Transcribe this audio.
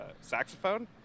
saxophone